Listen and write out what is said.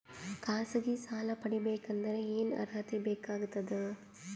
ಖಾಸಗಿ ಸಾಲ ಪಡಿಬೇಕಂದರ ಏನ್ ಅರ್ಹತಿ ಬೇಕಾಗತದ?